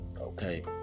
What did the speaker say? Okay